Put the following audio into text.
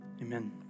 Amen